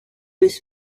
was